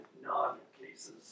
non-cases